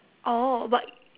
orh but